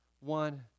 one